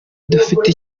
dufite